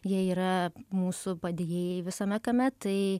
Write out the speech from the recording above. jie yra mūsų padėjėjai visame kame tai